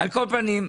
כל פנים,